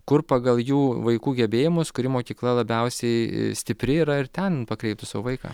kur pagal jų vaikų gebėjimus kuri mokykla labiausiai stipri yra ir ten pakreiptų savo vaiką